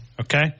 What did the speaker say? okay